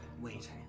Wait